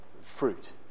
fruit